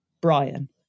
Brian